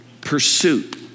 pursuit